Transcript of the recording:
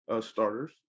starters